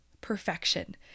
perfection